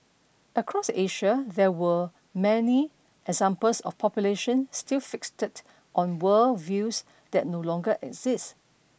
across Asia there were many examples of population still fixated on world views that no longer exist